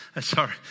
sorry